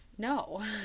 No